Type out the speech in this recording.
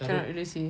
cannot really see